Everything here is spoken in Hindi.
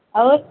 और